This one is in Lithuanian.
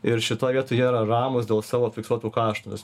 ir šitoj vietoj jie yra ramūs dėl savo fiksuotų kaštų vis